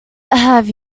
have